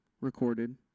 recorded